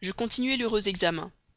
je continuai l'heureux examen